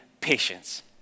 patience